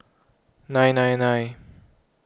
nine nine nine